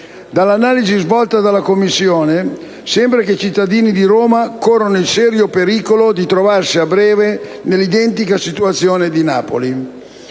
Dall'analisi svolta dalla Commissione sembra che i cittadini di Roma corrano il serio pericolo di trovarsi a breve in una condizione identica